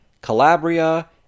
calabria